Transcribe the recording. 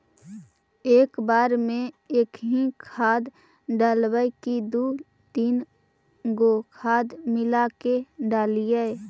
एक बार मे एकही खाद डालबय की दू तीन गो खाद मिला के डालीय?